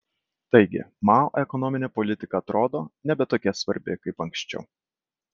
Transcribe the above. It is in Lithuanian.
taigi mao ekonominė politika atrodo nebe tokia svarbi kaip anksčiau